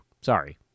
Sorry